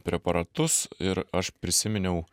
preparatus ir aš prisiminiau